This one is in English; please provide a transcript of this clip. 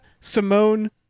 Simone